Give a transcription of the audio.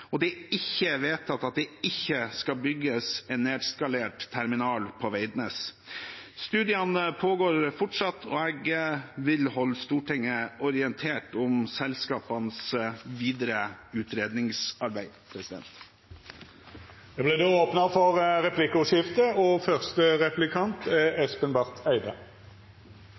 og det er ikke vedtatt at det ikke skal bygges en nedskalert terminal på Veidnes. Studiene pågår fortsatt, og jeg vil holde Stortinget orientert om selskapenes videre utredningsarbeid. Det vert replikkordskifte. Jeg konstaterte med glede det